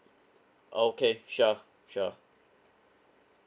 okay sure sure